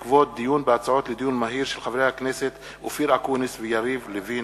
הצעות חברי הכנסת אופיר אקוניס ויריב לוין.